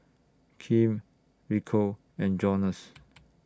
Kim Rico and Jonas